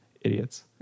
idiots